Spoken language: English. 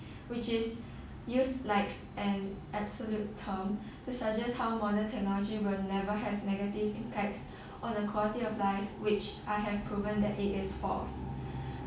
which is used like an absolute term to suggest how modern technology will never has negative impacts on the quality of life which I have proven that it is false